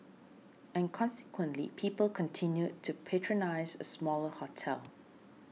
and consequently people continued to patronise a smaller hotel